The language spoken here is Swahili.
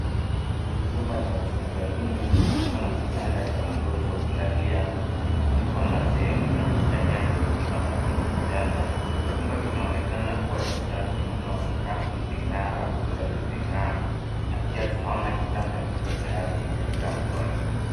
Ni chumba cha hospitalini kilicho na kitanda cha mgonjwa kulalia Kiko na sehemu ya kukanyaga ukipanda kwenye kitanda. Chumba kinaonekana kuwa kisafi mno. Sakafu zime'g'ara, kuta zina ng'aa na pia tunaona kitanda Kiko tayari kumpokea mgonjwa.